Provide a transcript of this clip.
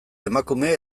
emakume